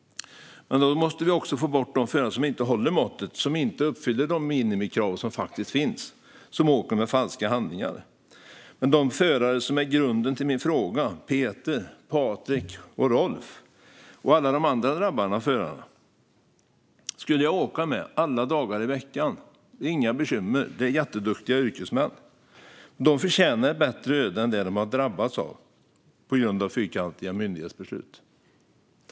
Men då måste vi också få bort de förare som åker med falska handlingar, som inte håller måttet och som inte uppfyller de minimikrav som faktiskt finns. Med de förare som är grunden till min fråga - Peter, Patrick och Rolf och alla de andra drabbade förarna - skulle jag utan bekymmer åka alla dagar i veckan. De är jätteduktiga yrkesmän och förtjänar ett bättre öde än det som de har drabbats av på grund av fyrkantiga myndighetsbeslut.